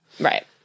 Right